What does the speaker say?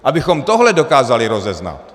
Abychom tohle dokázali rozeznat.